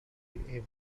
every